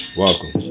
welcome